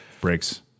breaks